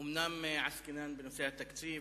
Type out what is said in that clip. אומנם עסקינן בנושא התקציב,